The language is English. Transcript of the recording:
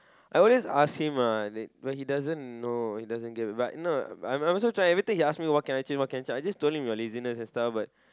I always ask him ah but he doesn't know he doesn't get but no I'm I'm also trying every time he ask me what can I change what can I change I just told him your laziness and stuff but